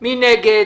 מי נגד?